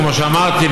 כמו שאמרתי,